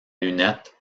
lunette